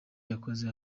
yakoze